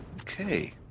okay